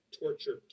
torture